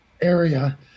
area